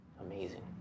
amazing